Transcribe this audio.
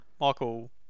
Michael